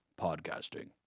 podcasting